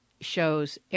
shows